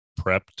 prepped